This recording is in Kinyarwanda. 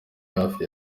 hafi